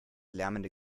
lärmende